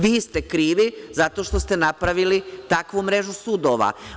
Vi ste krivi zato što ste napravili takvu mrežu sudova.